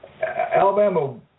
Alabama